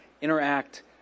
interact